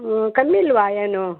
ಹ್ಞೂ ಕಮ್ಮಿ ಇಲ್ಲವಾ ಏನು